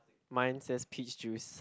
mine says peach juice